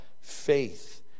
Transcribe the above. faith